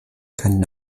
können